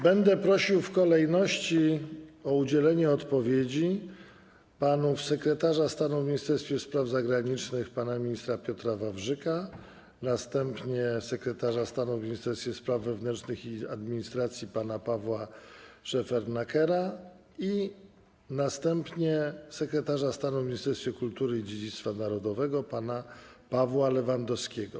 Będę prosił w kolejności o udzielenie odpowiedzi panów: sekretarza stanu w Ministerstwie Spraw Zagranicznych pana ministra Piotra Wawrzyka, następnie sekretarza stanu w Ministerstwie Spraw Wewnętrznych i Administracji pana Pawła Szefernakera i następnie sekretarza stanu w Ministerstwie Kultury i Dziedzictwa Narodowego pana Pawła Lewandowskiego.